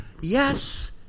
Yes